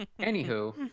Anywho